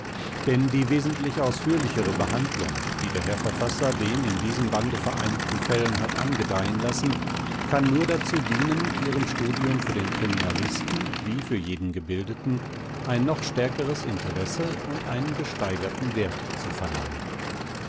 denn die wesentlich ausführlichere behandlung die der herr verfasser den in diesem bande vereinigten fällen hat angedeihen lassen kann nur dazu dienen ihrem studium für den kriminalisten wie für jeden gebildeten ein noch stärkeres interesse und einen gesteigerten wert zu verleihen